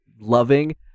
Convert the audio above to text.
loving